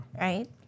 Right